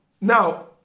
now